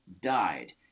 died